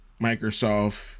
Microsoft